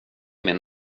min